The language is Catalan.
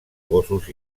gossos